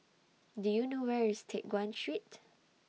Do YOU know Where IS Teck Guan Street